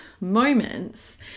moments